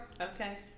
okay